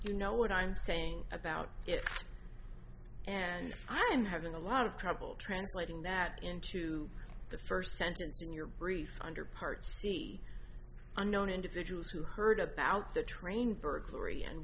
you know what i'm saying about it and i'm having a lot of trouble translating that into the first sentence in your brief under part c unknown individuals who heard about the train burglary and